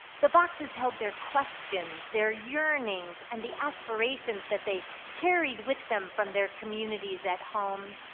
the boxes held their questions, their yearnings and the aspirations that they carried with them from their communities at home.